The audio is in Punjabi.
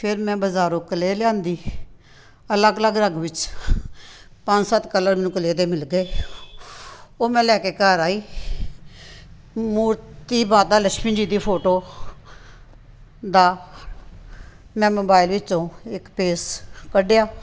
ਫਿਰ ਮੈਂ ਬਾਜ਼ਾਰੋਂ ਕਲੇਅ ਲਿਆਂਦੀ ਅਲੱਗ ਅਲੱਗ ਰੰਗ ਵਿੱਚ ਪੰਜ ਸੱਤ ਕਲਰ ਮੈਨੂੰ ਕਲੇਅ ਦੇ ਮਿਲ ਗਏ ਉਹ ਮੈਂ ਲੈ ਕੇ ਘਰ ਆਈ ਮੂਰਤੀ ਮਾਤਾ ਲਕਸ਼ਮੀ ਜੀ ਦੀ ਫੋਟੋ ਦਾ ਮੈਂ ਮੋਬਾਈਲ 'ਚੋਂ ਇੱਕ ਪੇਜ਼ ਕੱਢਿਆ